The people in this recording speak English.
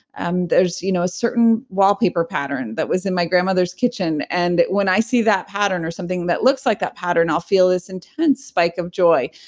and there's, you know a certain wallpaper pattern that was in my grandmother's kitchen and when i see that pattern or something that looks like that pattern, i'll feel this intense spike of joy.